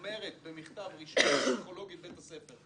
אומרת במכתב רשמי פסיכולוגית בית הספר.